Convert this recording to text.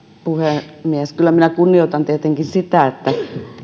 puhemies kyllä minä kunnioitan tietenkin sitä että